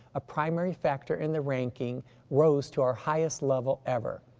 a primary factor in the ranking rose to our highest level ever.